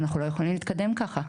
אנחנו לא יכולים להתקדם ככה,